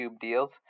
deals